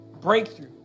breakthrough